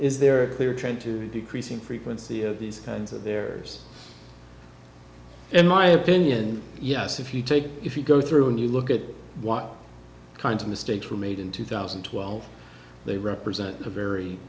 is there a clear trend to decreasing frequency of these kinds of there's in my opinion yes if you take if you go through and you look at what kind of mistakes were made in two thousand and twelve they represent a very